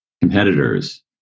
competitors